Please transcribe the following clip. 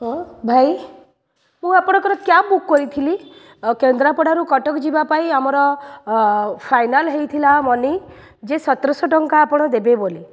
ହଁ ଭାଇ ମୁଁ ଆପଣଙ୍କର କ୍ୟାବ୍ ବୁକ୍ କରିଥିଲି ଆଉ କେନ୍ଦ୍ରାପଡ଼ାରୁ କଟକ ଯିବାପାଇଁ ଆମର ଫାଇନାଲ୍ ହେଇଥିଲା ମନି ଯେ ସତରଶହ ଟଙ୍କା ଆପଣ ଦେବେ ବୋଲି